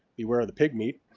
beware of the pig meat.